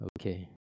Okay